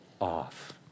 off